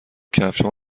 کفشهام